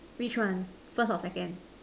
which one first or second